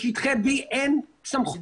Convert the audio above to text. בשטחי B אין סמכות.